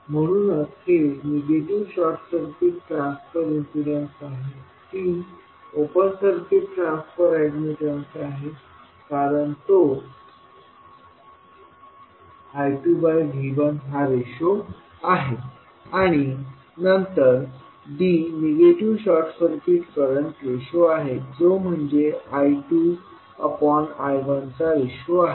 म्हणूनच हे negative short circuit transfer impedance आहे c open circuit transfer admittance आहे कारण तो I2V1हा रेशो आहे आणि नंतर d negative short circuit current ratio आहे जो म्हणजे I2I1 चा रेशो आहे